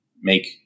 make